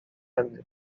canu